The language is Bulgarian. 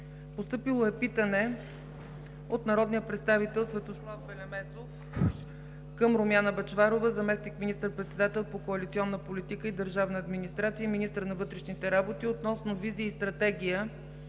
февруари 2016 г.; - народния представител Светослав Белемезов към Румяна Бъчварова – заместник министър-председател по коалиционна политика и държавна администрация и министър на вътрешните работи, относно визия и стратегия